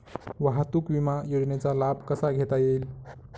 वाहतूक विमा योजनेचा लाभ कसा घेता येईल?